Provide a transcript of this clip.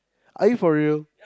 are you for real